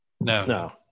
no